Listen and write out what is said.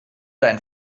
dein